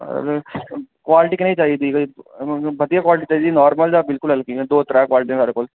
ते क्वालिटी कनेही चाहिदी ते बधिया क्वालिटी चाहिदी नॉर्मल जा इंया ई दौ त्रैऽ क्वालिटियां साढ़े कोल